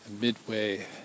Midway